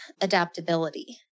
adaptability